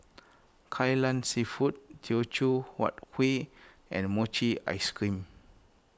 Kai Lan Seafood Teochew Huat Kueh and Mochi Ice Cream